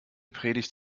predigt